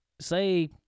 Say